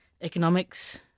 Economics